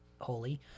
holy